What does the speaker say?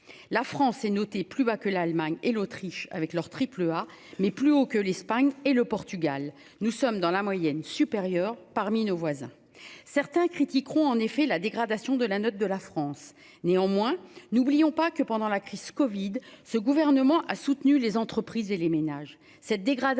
la France est noté plus bas que l'Allemagne et l'Autriche avec leur triple A mais plus haut que l'Espagne et le Portugal. Nous sommes dans la moyenne supérieure parmi nos voisins. Certains critiqueront en effet la dégradation de la note de la France. Néanmoins, n'oublions pas que pendant la crise Covid. Ce gouvernement a soutenu les entreprises et les ménages